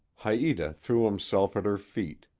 haita threw himself at her feet.